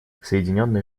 соединенные